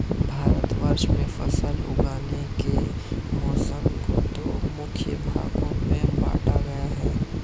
भारतवर्ष में फसल उगाने के मौसम को दो मुख्य भागों में बांटा गया है